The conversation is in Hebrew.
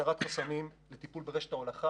הקמנו צוות הסרת חסמים לטיפול ברשת ההולכה